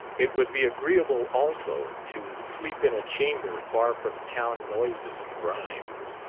it would be agreeable also to sleep in a chamber far from town noises and grimes,